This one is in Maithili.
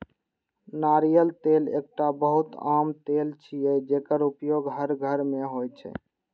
नारियल तेल एकटा बहुत आम तेल छियै, जेकर उपयोग हर घर मे होइ छै